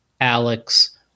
Alex